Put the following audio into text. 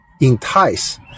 entice